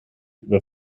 über